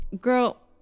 girl